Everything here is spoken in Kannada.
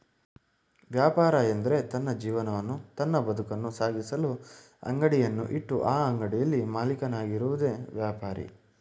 ವ್ಯಾಪಾರ ಎಂದ್ರೆ ತನ್ನ ಜೀವನವನ್ನು ತನ್ನ ಬದುಕನ್ನು ಸಾಗಿಸಲು ಅಂಗಡಿಯನ್ನು ಇಟ್ಟು ಆ ಅಂಗಡಿಯಲ್ಲಿ ಮಾಲೀಕನಾಗಿರುವುದೆ ವ್ಯಾಪಾರಿ